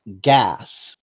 gas